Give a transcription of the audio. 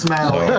smell